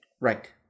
Right